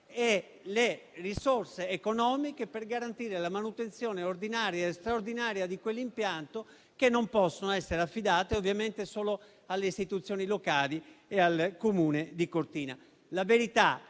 e le risorse economiche per garantire la manutenzione ordinaria e straordinaria di quell'impianto che non possono essere affidate ovviamente solo alle istituzioni locali e al Comune di Cortina.